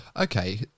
Okay